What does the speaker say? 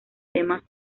temas